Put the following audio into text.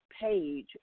page